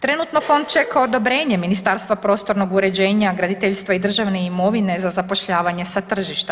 Trenutno fond čeka odobrenje Ministarstva prostornog uređenja, graditeljstva i državne imovine za zapošljavanje sa tržišta.